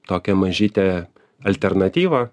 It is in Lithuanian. tokią mažytę alternatyvą